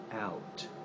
out